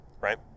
right